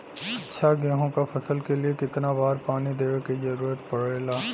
अच्छा गेहूँ क फसल के लिए कितना बार पानी देवे क जरूरत पड़ेला?